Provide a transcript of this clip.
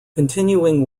continuing